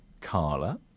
Carla